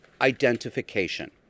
identification